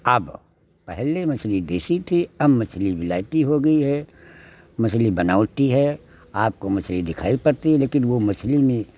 अब पहले मछली देसी थी अब मछली विलायती हो गई है मछली बनावटी है आपको मछली दिखाई पड़ती है लेकिन वह मछली में